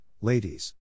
ladies